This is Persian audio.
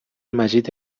مجید